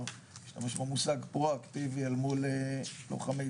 השתמש במושג פרואקטיבי אל מול לוחמי